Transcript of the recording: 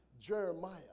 Jeremiah